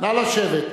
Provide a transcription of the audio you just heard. נא לשבת.